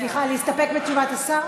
להסתפק בתשובת השר?